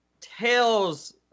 tells